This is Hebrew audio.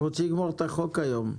אנחנו רוצים לסיים את החוק היום.